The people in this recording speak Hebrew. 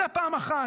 זה פעם אחת.